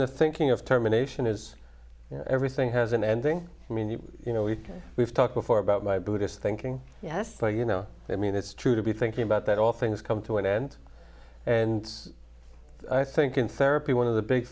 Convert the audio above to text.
the thinking of terminations is everything has an ending i mean you know we've talked before about my buddhist thinking yes but you know i mean it's true to be thinking about that all things come to an end and i think in therapy one of the big